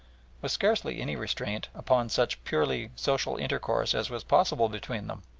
was scarcely any restraint upon such purely social intercourse as was possible between them.